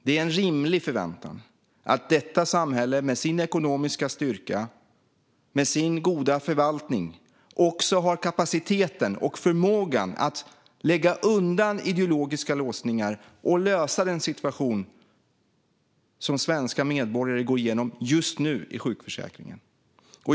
Det är en rimlig förväntan att detta samhälle, med sin ekonomiska styrka och sin goda förvaltning, också har kapaciteten och förmågan att lägga undan ideologiska låsningar och lösa den situation som svenska medborgare just nu går igenom i sjukförsäkringen.